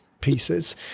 pieces